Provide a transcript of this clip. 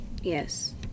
Yes